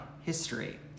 history